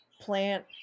plant